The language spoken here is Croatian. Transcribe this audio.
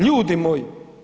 Ljudi moji.